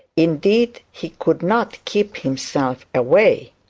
indeed, he could not keep himself away.